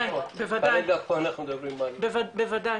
כרגע פה אנחנו מדברים על --- בוודאי,